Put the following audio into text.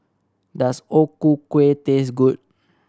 does O Ku Kueh taste good